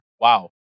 Wow